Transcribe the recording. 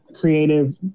creative